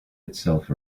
itself